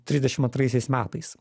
trisdešim antraisiais metais